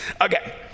okay